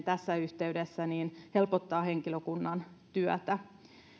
tässä yhteydessä henkilökunnan työtä